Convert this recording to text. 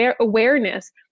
awareness